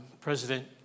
President